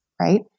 right